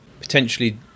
potentially